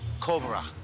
Cobra